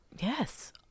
Yes